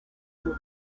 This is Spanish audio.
mundo